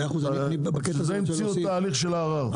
לכן המציאו את ההליך של הערר.